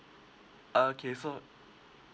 uh okay so